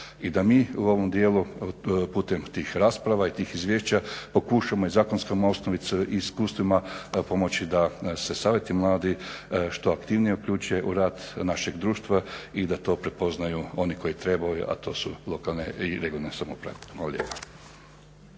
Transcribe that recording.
i da mi u ovom djelu putem tih rasprava i tih izvješća pokušamo i zakonskim osnovicama i iskustvima pomoći da se savjeti mladih što aktivnije uključe u rad naših društva i da to prepoznaju oni koji trebaju a to su lokalne i regionalne samouprave.